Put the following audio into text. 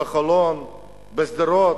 בחולון, בשדרות,